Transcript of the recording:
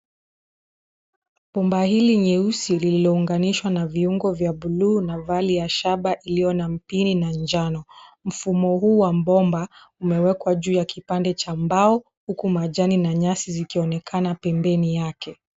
Bomba hili nyeusi lililo ungalishwa na viungo vya bluu na vali ya shamba iliyo na mpini na njano. Mfumo huu wa bomba umewekwa juu ya kipande cha mbao huku majani na nyasi zikionekana pembeni yake.